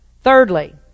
Thirdly